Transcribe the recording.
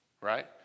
Right